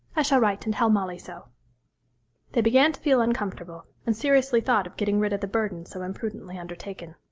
i shall write and tell molly so they began to feel uncomfortable, and seriously thought of getting rid of the burden so imprudently undertaken.